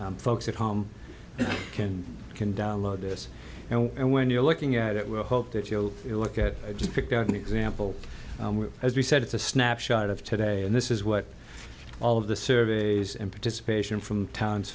folks at home can can download this and when you're looking at it we'll hope that you look at it just picked out an example as we said it's a snapshot of today and this is what all of the surveys and participate in from towns